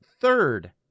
third